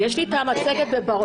יש לי את המצגת בבירור.